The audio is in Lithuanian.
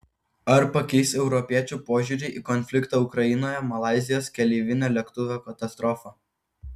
ar pakeis europiečių požiūrį į konfliktą ukrainoje malaizijos keleivinio lėktuvo katastrofa